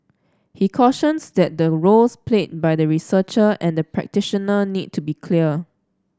he cautions that the roles played by the researcher and the practitioner need to be clear